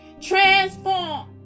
transform